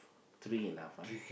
three enough ah